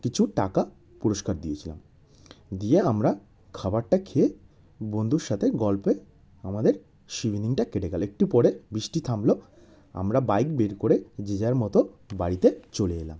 কিছু টাকা পুরস্কার দিয়েছিলাম দিয়ে আমরা খাবারটা খেয়ে বন্ধুর সাথে গল্পে আমাদের সেই ভিনিংটা কেটে গেলো একটু পরে বৃষ্টি থামলো আমরা বাইক বের করে যে যার মতো বাড়িতে চলে এলাম